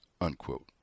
unquote